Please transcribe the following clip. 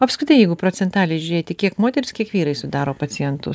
apskritai jeigu procentaliai žiūrėti kiek moterys kiek vyrai sudaro pacientų